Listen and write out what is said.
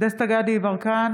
דסטה גדי יברקן,